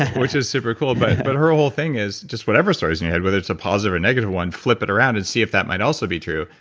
which is super cool. but but her whole thing is just whatever stories in your head, whether it's a positive or negative one, flip it around and see if that might also be true.